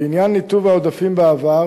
לעניין ניתוב העודפים בעבר,